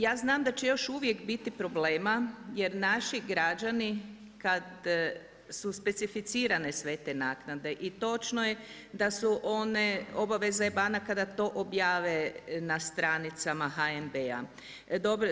Ja znam da će još uvijek biti problema jer naći g rađani kad su specificirane sve te naknade i točno je da su one, obaveza je banaka da to objave na stranicama HNB-a.